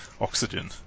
oxygen